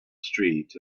street